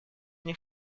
них